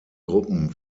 gruppen